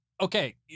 Okay